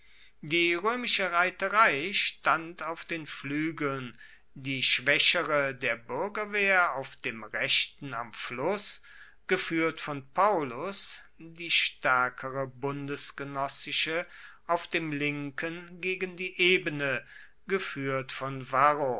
die roemische reiterei stand auf den fluegeln die schwaechere der buergerwehr auf dem rechten am fluss gefuehrt von paullus die staerkere bundesgenoessische auf dem linken gegen die ebene gefuehrt von varro